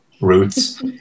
roots